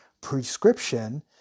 prescription